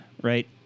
right